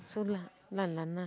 so lah lah lah nah